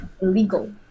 Illegal